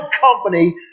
company